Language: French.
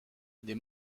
des